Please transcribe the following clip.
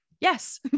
Yes